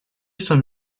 some